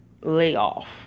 layoff